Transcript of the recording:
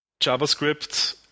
JavaScript